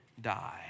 die